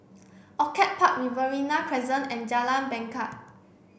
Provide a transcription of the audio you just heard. Orchid Park Riverina Crescent and Jalan Bangket